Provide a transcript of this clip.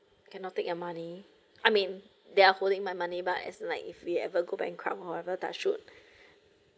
cannot take your money I mean they are holding my money but as in like if we ever go bankrupt however touch wood